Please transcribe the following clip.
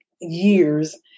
years